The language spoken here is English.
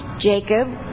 Jacob